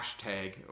hashtag